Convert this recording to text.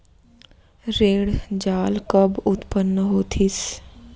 ऋण जाल कब उत्पन्न होतिस?